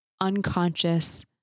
unconscious